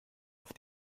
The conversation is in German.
auf